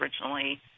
originally